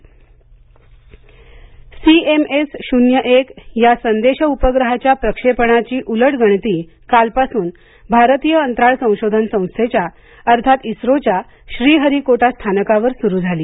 उपग्रह उलट गणती सी एम एस शून्य एक या संदेश उपग्रहाच्या प्रक्षेपणाची उलट गणती कालपासून भारतीय अंतराळ संशोधन संस्थेच्या अर्थात इस्रोच्या श्रीहरीकोटा स्थानकावर सुरु झाली